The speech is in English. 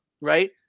Right